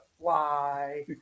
fly